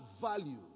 value